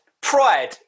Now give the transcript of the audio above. Pride